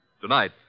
Tonight